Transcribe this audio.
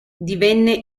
divenne